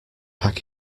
pack